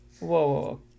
whoa